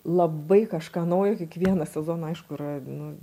labai kažką naujo kiekvieną sezoną aišku yra nu